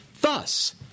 Thus